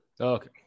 Okay